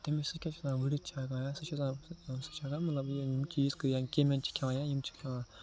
تٔمِس سُہ کیٛاہ چھِ آسان وُڈِتھ چھِ ہٮ۪کان یا سُہ چھِ آسان سُہ چھِ آسان مطلب یہِ چیٖز کٮ۪میٚن چھِ کھیٚوان یا یِم چھِ کھیٚوان